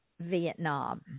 Vietnam